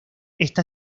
está